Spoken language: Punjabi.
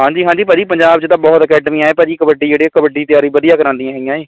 ਹਾਂਜੀ ਹਾਂਜੀ ਭਾਅ ਜੀ ਪੰਜਾਬ 'ਚ ਤਾਂ ਬਹੁਤ ਅਕੈਡਮੀਆਂ ਹੈ ਭਾਅ ਜੀ ਕਬੱਡੀ ਜਿਹੜੇ ਕਬੱਡੀ ਤਿਆਰੀ ਵਧੀਆ ਕਰਾਂਦੀਆਂ ਹੈਗੀਆਂ ਜੀ